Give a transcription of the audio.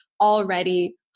already